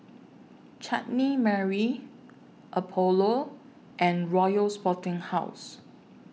Chutney Mary Apollo and Royal Sporting House